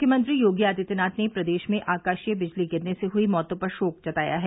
मुख्यमंत्री योगी आदित्यनाथ ने प्रदेश में आकाशीय बिजली गिरने से हुई मौतों पर शोक जताया है